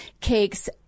cakes